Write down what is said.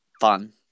Fun